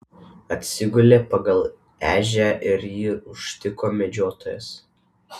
atsigulė pagal ežią ir jį užtiko medžiotojas